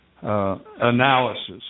analysis